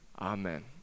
Amen